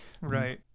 Right